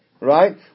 right